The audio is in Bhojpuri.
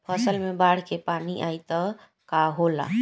फसल मे बाढ़ के पानी आई त का होला?